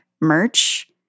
merch